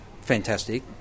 fantastic